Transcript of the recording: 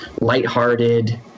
lighthearted